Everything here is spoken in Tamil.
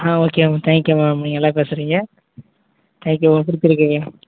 ஆ ஓகே மேம் தேங்க்யூ மேம் நீங்கள் நல்லா பேசுகிறீங்க தேங்க்யூ கொடுத்துருக்கீங்க